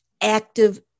active